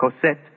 Cosette